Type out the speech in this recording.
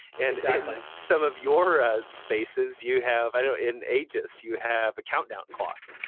and some of your ah spaces you have, i know in aegis you have a countdown clock.